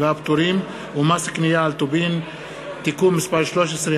והפטורים ומס קנייה על טובין (תיקון מס' 13),